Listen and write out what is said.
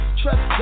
trust